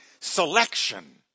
selection